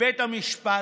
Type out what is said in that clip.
לבית המשפט,